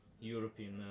European